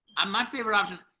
um my favorite option.